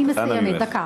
אני מסיימת, דקה.